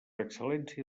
excel·lència